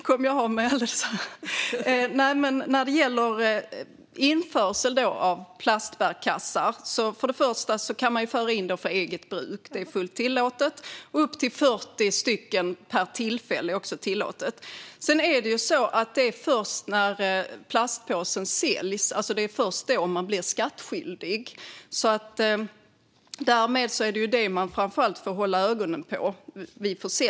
Fru talman! När det gäller införsel av plastbärkassar kan man för det första föra in för eget bruk; det är fullt tillåtet. Det är tillåtet att föra in upp till 40 påsar per tillfälle. För det andra är det först när plastpåsen säljs som man blir skattskyldig. Därmed är det försäljningstillfället man framför allt får hålla ögonen på.